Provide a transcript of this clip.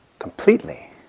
Completely